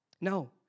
No